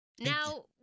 Now